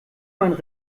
meinen